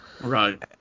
Right